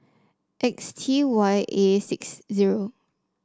X T Y A six zero